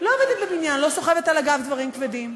לא סוחבת על הגב דברים כבדים,